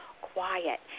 Quiet